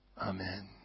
Amen